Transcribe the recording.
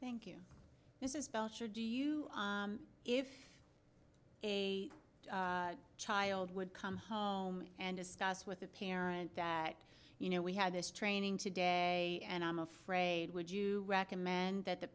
thank you this is belcher do you if a child would come home and discuss with a parent that you know we had this training today and i'm afraid would you recommend th